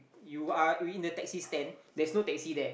you are you in the taxi stand there's no taxi there